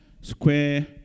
square